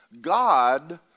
God